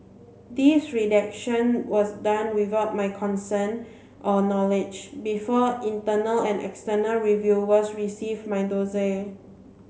this redaction was done without my consent or knowledge before internal and external reviewers receive my dossier